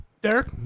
Derek